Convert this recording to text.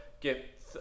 get